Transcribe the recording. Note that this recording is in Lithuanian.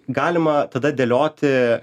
galima tada dėlioti